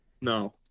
no